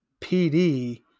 PD